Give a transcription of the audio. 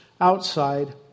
outside